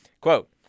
Quote